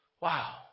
Wow